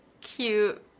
cute